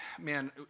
man